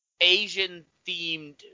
Asian-themed